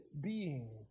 beings